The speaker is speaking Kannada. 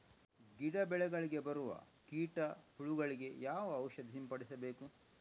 ಗಿಡ, ಬೆಳೆಗಳಿಗೆ ಬರುವ ಕೀಟ, ಹುಳಗಳಿಗೆ ಯಾವ ಔಷಧ ಸಿಂಪಡಿಸಬೇಕು?